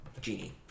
Genie